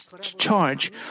charge